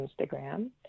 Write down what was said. Instagram